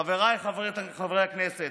חבריי חברי הכנסת.